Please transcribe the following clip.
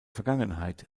vergangenheit